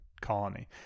colony